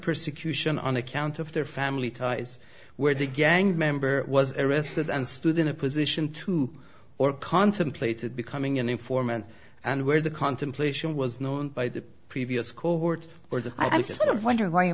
persecution on account of their family ties where the gang member was arrested and stood in a position to or contemplated becoming an informant and where the contemplation was known by the previous court or the i just wonder why you